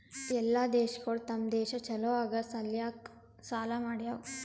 ಎಲ್ಲಾ ದೇಶಗೊಳ್ ತಮ್ ದೇಶ ಛಲೋ ಆಗಾ ಸಲ್ಯಾಕ್ ಸಾಲಾ ಮಾಡ್ಯಾವ್